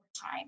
time